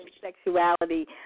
sexuality